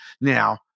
Now